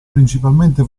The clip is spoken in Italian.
principalmente